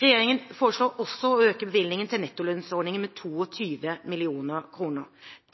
Regjeringen foreslår også å øke bevilgningen til nettolønnsordningen med 22 mill. kr.